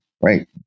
right